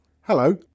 Hello